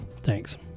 Thanks